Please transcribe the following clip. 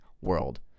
world